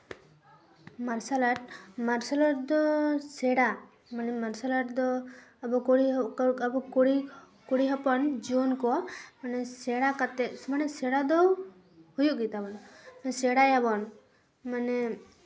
ᱢᱟᱨᱥᱟᱞ art martial art ᱫᱚ ᱥᱮᱬᱟ ᱢᱟᱱᱮ ᱢᱟᱨᱥᱟᱞ ᱟᱨᱴ ᱫᱚ ᱟᱵᱚ ᱠᱩᱲᱤ ᱟᱵᱚ ᱠᱩᱲᱤ ᱦᱚᱯᱚᱱ ᱡᱩᱣᱟᱹᱱ ᱠᱚ ᱢᱟᱱᱮ ᱥᱮᱬᱟ ᱠᱟᱛᱮ ᱥᱮᱬᱟ ᱫᱚ ᱦᱩᱭᱩᱜ ᱜᱮᱛᱟᱵᱚᱱᱟ ᱥᱮᱬᱟᱭᱟᱵᱚᱱ ᱢᱟᱱᱮ